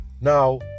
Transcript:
Now